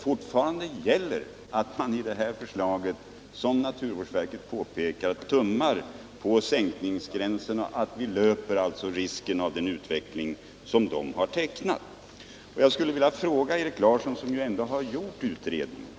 Fortfarande gäller att man i det här förslaget — som naturvårdsverket påpekar — tummar på sänkningsgränserna. Vi löper alltså risk att få den utveckling som naturvårdsverket tecknat. Jag skulle vilja ställa en fråga till Erik Larsson, som ju ändå har gjort utredningen.